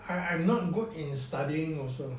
I'm I'm not good in studying also